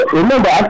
remember